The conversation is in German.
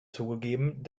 zugegeben